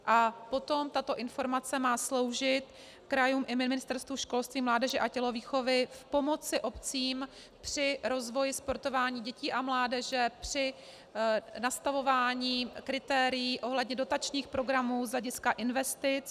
A potom tato informace má sloužit krajům i Ministerstvu školství, mládeže a tělovýchovy, pomoci obcím při rozvoji sportování dětí a mládeže při nastavování kritérií ohledně dotačních programů z hlediska investic.